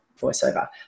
voiceover